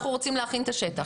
אנחנו רוצים להכין את השטח'.